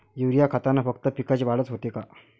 Urea खतानं फक्त पिकाची वाढच होते का?